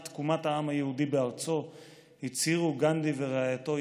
תקומת העם היהודי בארצו הצהירו גנדי ורעייתו,